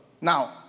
Now